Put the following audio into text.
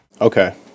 Okay